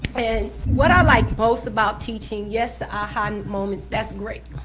and what i like most about teaching, yes, the aha and moments, that's great,